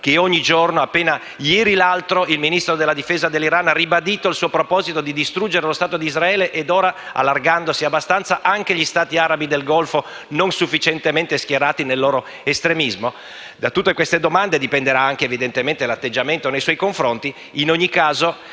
che ogni giorno (anche l'altro ieri attraverso il suo Ministro della difesa) ribadisce il suo proposito di distruggere lo Stato di Israele, ed ora, allargandosi abbastanza, anche gli Stati arabi del Golfo non sufficientemente schierati nel loro estremismo? Da tutte queste domande dipenderà evidentemente anche l'atteggiamento nei suoi confronti. In ogni caso,